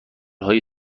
های